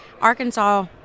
Arkansas